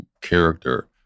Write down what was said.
character